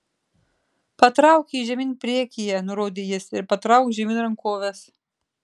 patrauk jį žemyn priekyje nurodė jis ir patrauk žemyn rankoves